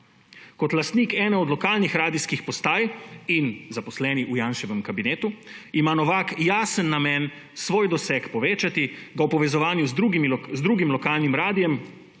Kot lastnik ene od lokalnih radijskih postaj in zaposleni v Janševem kabinetu ima Novak jasen namen svoj doseg povečati, ga v povezovanju z drugim lokalnim radiem